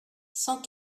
cent